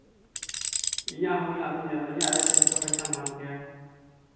ᱤᱧᱟᱹᱜ ᱦᱚᱸ ᱢᱮᱱᱟᱜ ᱛᱤᱧᱟᱹ ᱤᱧᱟᱹᱜ ᱨᱮ ᱪᱮᱫ ᱞᱮᱠᱟ ᱯᱚᱭᱥᱟᱢ ᱦᱟᱛᱟᱣ ᱠᱮᱭᱟ